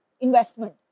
investment